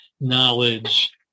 knowledge